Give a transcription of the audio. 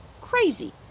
crazy